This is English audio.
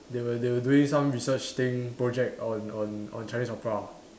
they were they were doing some research thing project on on on Chinese opera